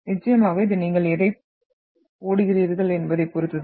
நிச்சயமாக இது நீங்கள் எதைப் போடுகிறீர்கள் என்பதைப் பொறுத்தது